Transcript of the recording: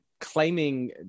claiming